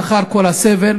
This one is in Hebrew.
לאחר כל הסבל,